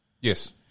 Yes